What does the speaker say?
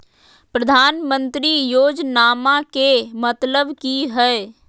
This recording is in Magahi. प्रधानमंत्री योजनामा के मतलब कि हय?